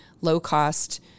low-cost